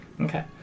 Okay